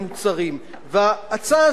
וההצעה הזאת היא צעד